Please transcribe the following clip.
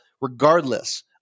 regardless—